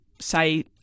say